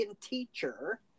teacher